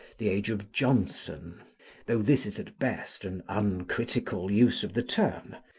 the age of johnson though this is at best an uncritical use of the term,